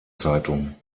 zeitung